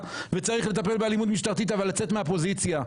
צריך לטפל באלימות משטרתית אבל לצאת מהפוזיציה.